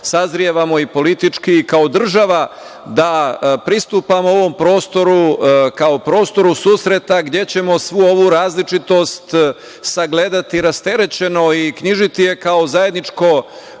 sazrevamo i politički i kao država da pristupamo ovom prostoru kao prostoru susreta gde ćemo svu ovu različitost sagledati rasterećeno i knjižiti je kao zajedničko